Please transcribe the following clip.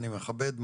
אני מכבד,